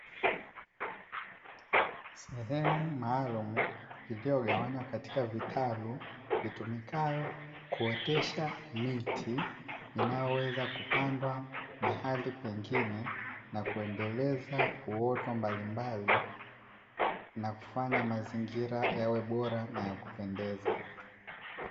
Sehemu maalumu iliyogawanywa katika vitalu, itumikayo kuotesha miti inayoweza kupandwa mahali pengine na kuendeleza uoto mbalimbali, na kufanya mazingira yawe bora na ya kupendeza.